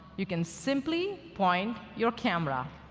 you can simply point your camera.